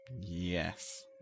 Yes